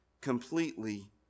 completely